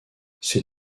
ces